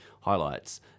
highlights